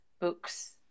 books